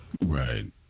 Right